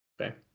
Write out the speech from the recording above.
okay